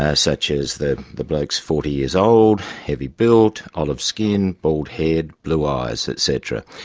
ah such as the the bloke's forty years old, heavy built, olive skin, bald head, blue eyes etc.